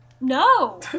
No